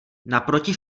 naproti